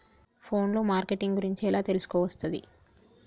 Phone లో marketing గురించి ఎలా తెలుసుకోవస్తది?